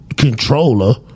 controller